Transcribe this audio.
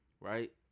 Right